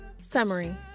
Summary